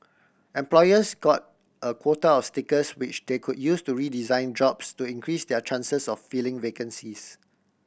employers got a quota of stickers which they could use to redesign jobs to increase their chances of filling vacancies